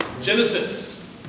Genesis